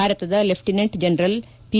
ಭಾರತದ lieutenant general P